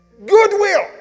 goodwill